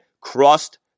crossed